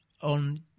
on